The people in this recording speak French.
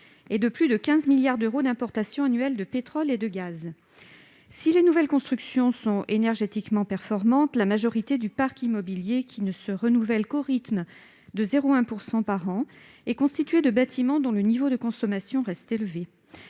et de plus de 15 milliards d'euros d'importations annuelles de pétrole et de gaz. Si les nouvelles constructions sont « énergétiquement » performantes, la majorité du parc immobilier, qui ne se renouvelle qu'au rythme de 0,1 % par an, est constituée de bâtiments dont le niveau de consommation reste élevé.